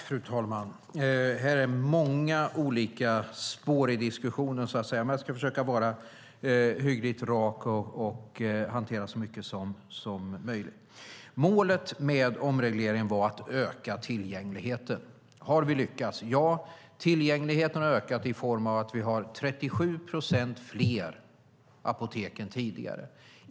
Fru talman! Här finns många olika spår i diskussionen, men jag ska försöka vara hyggligt rak och hantera så mycket som möjligt. Målet med omregleringen var att öka tillgängligheten. Har vi lyckats? Ja, tillgängligheten har ökat i form av att vi har 37 procent fler apotek än tidigare.